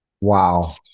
Wow